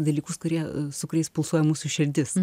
dalykus kurie su kuriais pulsuoja mūsų širdis